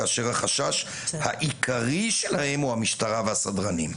כאשר החשש העיקרי שלהם הוא המשטרה והסדרנים".